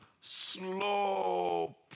slow